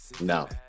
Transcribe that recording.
No